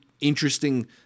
interesting